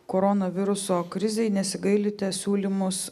koronaviruso krizei nesigailite siūlymus